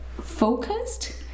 focused